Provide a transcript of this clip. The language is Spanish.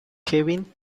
kevin